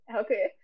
Okay